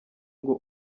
ngo